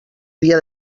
dia